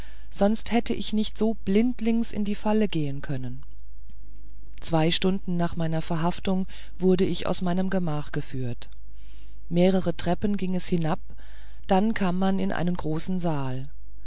sonst hätte ich nicht so blindlings in die falle gehen können zwei stunden nach meiner verhaftung wurde ich aus meinem gemach geführt mehrere treppen ging es hinab dann kam man in einen großen saal